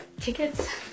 tickets